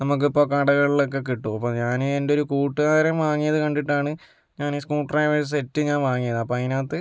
നമുക്കിപ്പോൾ കടകളിലൊക്കെ കിട്ടും ഇപ്പോൾ ഞാൻ എൻ്റെ ഒരു കൂട്ടുകാരൻ വാങ്ങിയത് കണ്ടിട്ടാണ് ഞാൻ ഈ സ്ക്രൂ ഡ്രൈവേഴ്സ് സെറ്റ് ഞാൻ വാങ്ങിയത് അപ്പോൾ അതിനകത്ത്